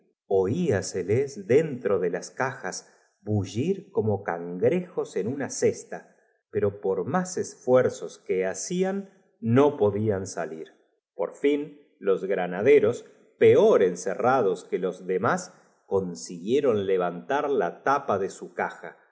olaseles dentro de las cajas bulii t cascanueces con su valerosa guardia cícomo cangrejos en una cesta pero por vica á la izquierda el regimiento de húsamás esfuerzos que hacían no podlan salir res que no esperaba más que el momento por fin los granaderos peor encerrados oportuno para cargar á la derecha una que los dem í s consiguieron levantar la infantería formidable en tanto ql e en el tapa de su caja